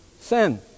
sin